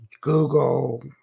Google